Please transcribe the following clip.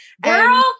girl